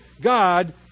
God